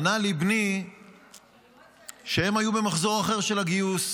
ענה לי בני שהם היו במחזור אחר של הגיוס,